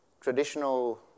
traditional